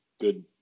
good